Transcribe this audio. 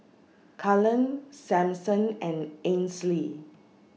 Cullen Sampson and Ansley